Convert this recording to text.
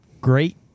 great